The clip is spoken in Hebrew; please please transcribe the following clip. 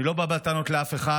אני לא בא בטענות לאף אחד,